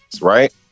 right